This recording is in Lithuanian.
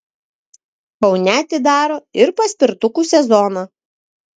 kaune atidaro ir paspirtukų sezoną